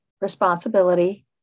responsibility